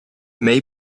may